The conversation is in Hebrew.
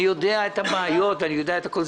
אני יודע את הבעיות, אני יודע את הכול.